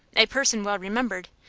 a person well-remembered,